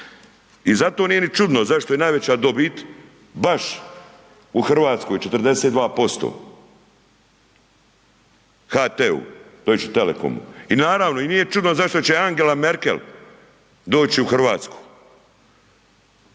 I zato nije ni čudno zašto je najveća dobit baš u RH 42% HT-u, Deutsche telekomu i naravno i nije čudno zašto će Angela Merkel doći u RH.